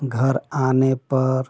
घर आने पर